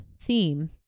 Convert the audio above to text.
theme